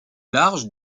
large